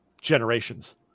generations